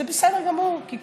אנחנו בסיפור של